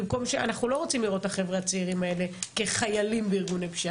אנחנו לא רוצים לראות את החבר'ה הצעירים האלה כחיילים בארגוני פשיעה.